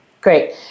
Great